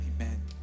Amen